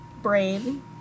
brain